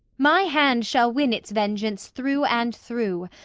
my hand shall win its vengeance through and through,